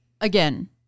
again